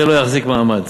זה לא יחזיק מעמד.